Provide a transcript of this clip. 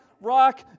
rock